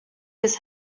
his